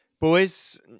Boys